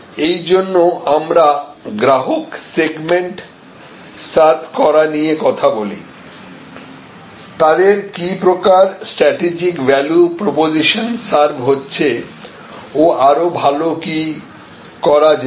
এই জন্যে আমরা গ্রাহক সেগমেন্ট সার্ভ করা নিয়ে কথা বলি তাদের কি প্রকার স্ট্র্যাটেজিক ভ্যালু প্রপোজিসন সার্ভ হচ্ছে ও আরো ভালো কি করা যেত